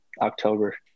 October